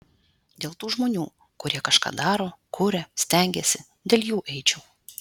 dėl tų žmonių kurie kažką daro kuria stengiasi dėl jų eičiau